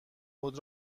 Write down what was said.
خود